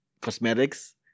cosmetics